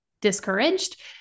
discouraged